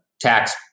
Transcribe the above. tax